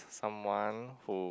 someone who